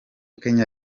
kenya